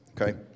Okay